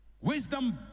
Wisdom